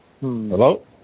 Hello